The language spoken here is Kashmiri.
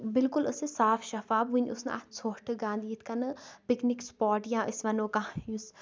ابلکل ٲسۍ یہِ صاف شفاف وٕنہِ ٲس نہٕ اتھ ژھۄٹھ تہِ گند یتھ کٕنۍ پِکنِک سُپاٹ یا ٲس وَنو کانہہ یُس